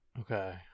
Okay